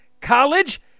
College